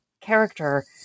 character